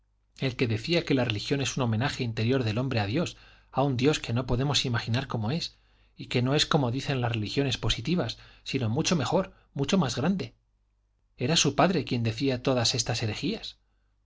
el que decía que la religión es un homenaje interior del hombre a dios a un dios que no podemos imaginar como es y que no es como dicen las religiones positivas sino mucho mejor mucho más grande era su padre quien decía todas estas